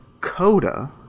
Coda